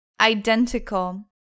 identical